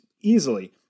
easily